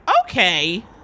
Okay